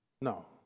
No